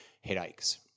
headaches